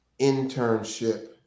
internship